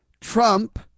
Trump